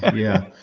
yeah.